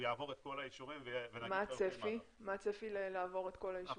יעבור את כל האישורים --- מה הצפי לעבור את כל האישורים?